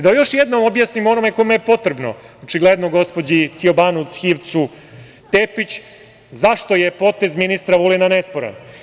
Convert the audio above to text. Da još jednom objasnim onome kome je potrebno, očigledno gospođi Ciobanu Zhivcu Tepić, zašto je potez ministra Vulina nesporan.